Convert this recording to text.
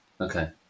okay